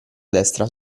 destra